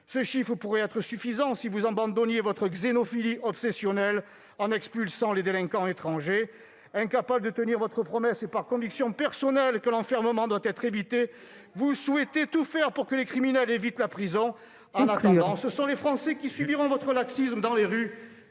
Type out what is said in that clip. Cela pourrait être suffisant, si vous abandonniez votre xénophilie obsessionnelle, en expulsant les délinquants étrangers ! Il faut conclure. Incapable de tenir votre promesse et par conviction personnelle que l'enfermement doit être évité, vous souhaitez tout faire pour que les criminels évitent la prison. En attendant, ce sont les Français qui subiront votre laxisme dans les rues,